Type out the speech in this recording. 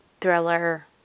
thriller